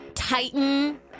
Titan